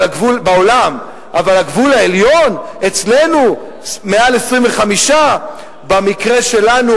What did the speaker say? אבל הגבול העליון" אצלנו מעל 25. "במקרה שלנו",